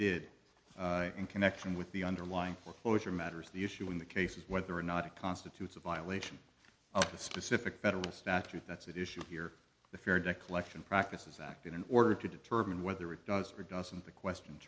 did in connection with the underlying foreclosure matters the issue in the case is whether or not it constitutes a violation of the specific federal statute that's that issue here the fair debt collection practices act in order to determine whether it does or doesn't the question